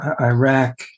Iraq